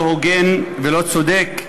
לא הוגן ולא צודק,